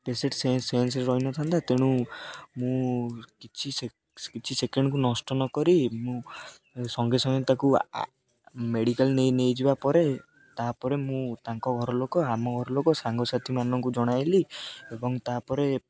patient ସେ ସେନ୍ସରେ ରହିନଥାନ୍ତା ତେଣୁ ମୁଁ କିଛି କିଛି ସେକେଣ୍ଡକୁ ନଷ୍ଟ ନକରି ମୁଁ ସଙ୍ଗେ ସଙ୍ଗେ ତାକୁ ମେଡ଼ିକାଲ ନେଇ ନେଇଯିବା ପରେ ତାପରେ ମୁଁ ତାଙ୍କ ଘରଲୋକ ଆମ ଘରଲୋକ ସାଙ୍ଗସାଥିମାନଙ୍କୁ ଜଣାଇଲି ଏବଂ ତାପରେ